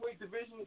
division